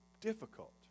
difficult